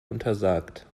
untersagt